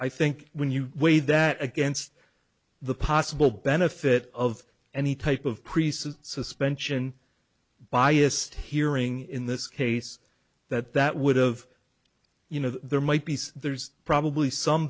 i think when you weigh that against the possible benefit of any type of precision suspension biased hearing in this case that that would have you know there might be there's probably some